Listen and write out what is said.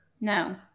No